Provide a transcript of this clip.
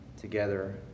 Together